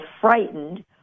frightened